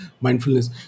mindfulness